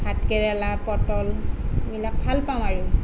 ভাতকেৰেলা পটল এইবিলাক ভালপাওঁ আৰু